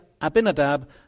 Abinadab